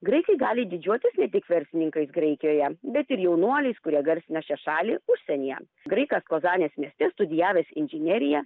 graikai gali didžiuotis ne tik verslininkais graikijoje bet ir jaunuoliais kurie garsina šią šalį užsienyje graikas kozanės mieste studijavęs inžineriją